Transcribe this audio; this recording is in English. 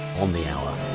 on the hour.